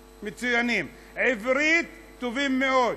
מצוינים, עברית, טובים מאוד,